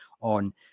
on